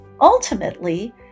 Ultimately